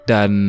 Dan